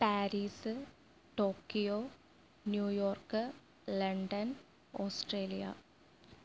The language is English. Paris Tokyo New York London Australia